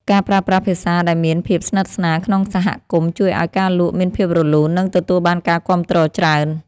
ការប្រើប្រាស់ភាសាដែលមានភាពស្និទ្ធស្នាលក្នុងសហគមន៍ជួយឱ្យការលក់មានភាពរលូន និងទទួលបានការគាំទ្រច្រើន។